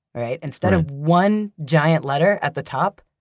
right? instead of one giant letter at the top,